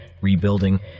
rebuilding